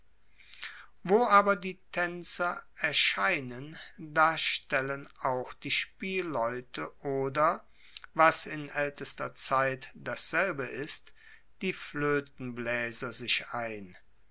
wo aber die taenzer erscheinen da stellen auch die spielleute oder was in aeltester zeit dasselbe ist die floetenblaeser sich ein